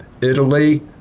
Italy